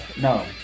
No